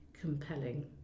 compelling